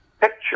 picture